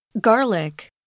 Garlic